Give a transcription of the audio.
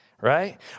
right